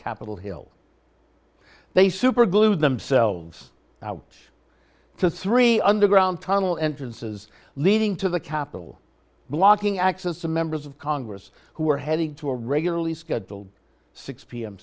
capitol hill they superglued themselves out to three underground tunnel entrances leading to the capitol blocking access to members of congress who were heading to a regularly scheduled six p